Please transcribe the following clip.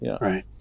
Right